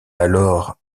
alors